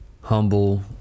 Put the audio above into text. humble